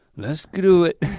let's do it.